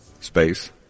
Space